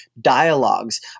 dialogues